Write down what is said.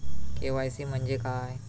KYC म्हणजे काय?